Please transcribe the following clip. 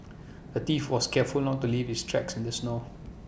A thief was careful not to leave his tracks in the snow